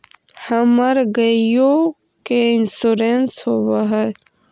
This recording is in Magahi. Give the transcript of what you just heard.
हमर गेयो के इंश्योरेंस होव है?